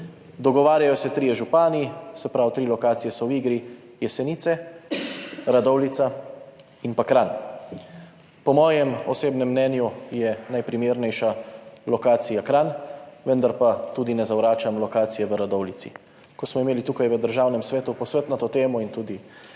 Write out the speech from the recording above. Dogovarjajo se trije župani, se pravi tri lokacije so v igri, Jesenice, Radovljica in Kranj. Po mojem osebnem mnenju je najprimernejša lokacija Kranj, vendar pa tudi ne zavračam lokacije v Radovljici. Ko smo imeli tukaj v Državnem svetu posvet na to temo, tudi